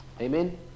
amen